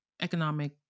economic